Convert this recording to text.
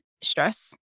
Stress